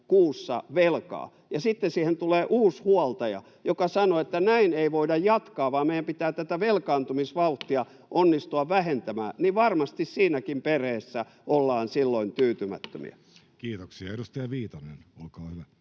kuussa velkaa, ja sitten siihen tulee uusi huoltaja, joka sanoo, että näin ei voida jatkaa vaan meidän pitää tätä velkaantumisvauhtia onnistua vähentämään, niin varmasti siinäkin perheessä ollaan silloin tyytymättömiä. Kiitoksia. — Edustaja Viitanen, olkaa hyvä.